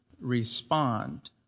respond